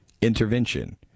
intervention